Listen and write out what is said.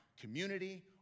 community